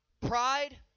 Pride